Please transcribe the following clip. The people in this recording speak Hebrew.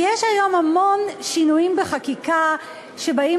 כי יש היום המון שינויים בחקיקה שבאים